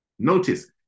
notice